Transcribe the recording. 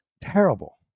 terrible